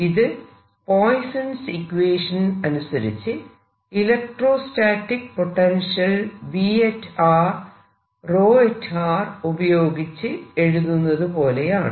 ഇത് Poisson's equation Poisson's equation അനുസരിച്ച് electrostatic potential V ഉപയോഗിച്ച് എഴുതുന്നത് പോലെയാണ്